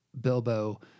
Bilbo